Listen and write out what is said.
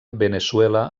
veneçuela